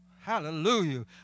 Hallelujah